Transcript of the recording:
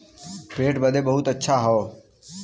पेट बदे बहुते अच्छा हौ